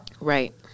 Right